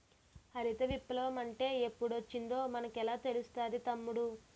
హరిత విప్లవ మంటే ఎప్పుడొచ్చిందో మనకెలా తెలుస్తాది తమ్ముడూ?